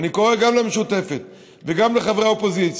ואני קורא גם למשותפת וגם לחברי האופוזיציה,